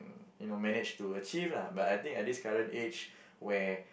and know managed to achieve lah but I think at this current age where